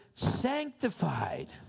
sanctified